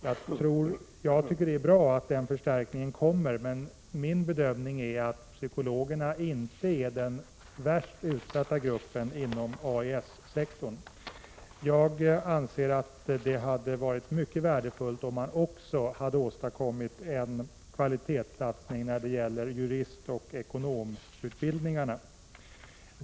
Jag tycker att det är bra att förstärkningen kommer, men min bedömning är att psykologerna inte är den värst utsatta gruppen inom AIS-sektorn. Jag anser att det hade varit mycket värdefullt, om man också hade åstadkommit en kvalitetssatsning när det gäller juristoch ekonomutbildningarna.